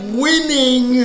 winning